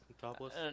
topless